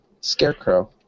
Scarecrow